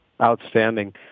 Outstanding